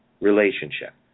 relationship